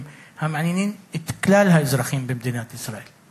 המעניינים את כלל האזרחים במדינת ישראל.